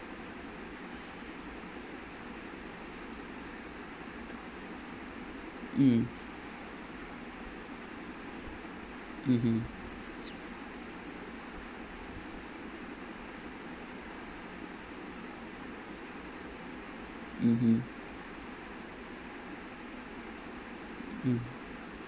mm mmhmm mmhmm mm